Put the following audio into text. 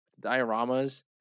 dioramas